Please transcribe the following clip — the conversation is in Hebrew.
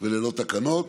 וללא תקנות,